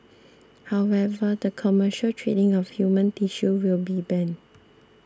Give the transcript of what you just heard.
however the commercial trading of human tissue will be banned